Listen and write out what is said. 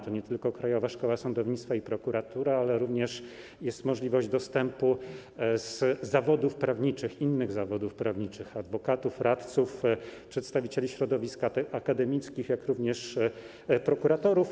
To nie tylko Krajowa Szkoła Sądownictwa i Prokuratury, ale również jest możliwość dostępu z innych zawodów prawniczych: adwokatów, radców, przedstawicieli środowisk akademickich, jak również prokuratorów.